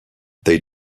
they